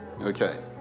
Okay